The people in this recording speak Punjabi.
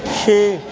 ਛੇ